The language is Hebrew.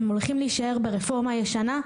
הם הולכים להישאר ברפורמה הישנה?